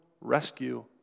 rescue